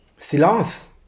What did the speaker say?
Silence